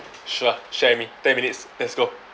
sure share with me ten minutes let's go